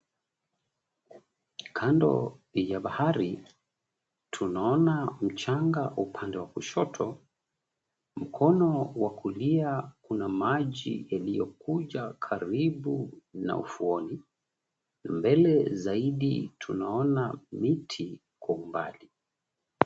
Kando ya bahari tunaona mchanga upande wa kushoto, mkono wa kulia kuna maji yaliyokuja karibu na ufuoni, mbele zaidi tunaona miti kwa umbali.